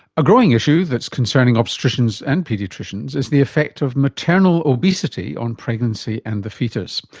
a growing issue that's concerning obstetricians and paediatricians is the effect of maternal obesity on pregnancy and the foetus.